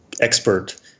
expert